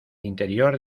interior